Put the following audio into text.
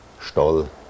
Stoll